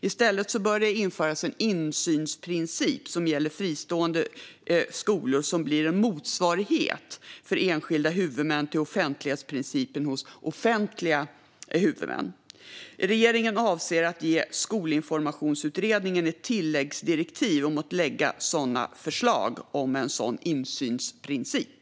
I stället bör det införas en insynsprincip som gäller fristående skolor som blir en motsvarighet för enskilda huvudmän till offentlighetsprincipen hos offentliga huvudmän. Regeringen avser att ge Skolinformationsutredningen ett tilläggsdirektiv om att lämna förslag om en sådan insynsprincip.